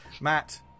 Matt